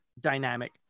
dynamic